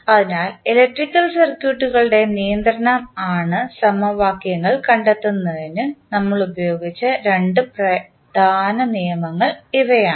അതിനാൽ ഇലക്ട്രിക്കൽ സർക്യൂട്ടുകളുടെ നിയന്ത്രണ ആണ് സമവാക്യങ്ങൾ കണ്ടെത്തുന്നതിന് നമ്മൾ ഉപയോഗിച്ച രണ്ട് പ്രധാന നിയമങ്ങൾ ഇവയാണ്